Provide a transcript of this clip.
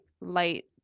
light